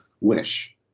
wish